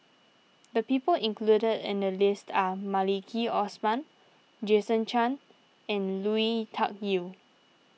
the people included in the list are Maliki Osman Jason Chan and Lui Tuck Yew